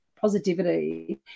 positivity